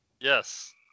Yes